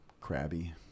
crabby